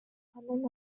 анын